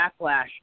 backlash